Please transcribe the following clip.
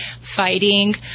fighting